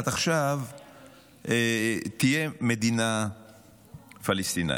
עד עכשיו שתהיה מדינה פלסטינית.